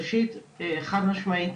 ראשית, חד משמעית,